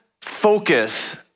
focus